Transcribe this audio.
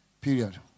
Period